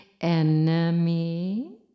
enemy